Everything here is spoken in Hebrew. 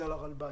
זה הרלב"ד.